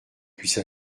puisse